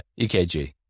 EKG